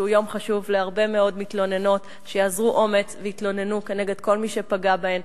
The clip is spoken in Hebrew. שהוא יום חשוב להרבה מאוד מתלוננות שבעקבות גזר-הדין